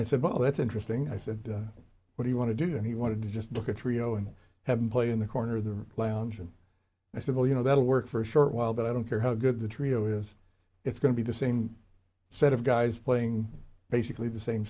i said well that's interesting i said what do you want to do and he wanted to just look at trio and have him play in the corner of the lounge and i said well you know that'll work for a short while but i don't care how good the trio is it's going to be the same set of guys playing basically the same